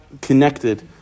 connected